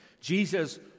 Jesus